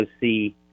see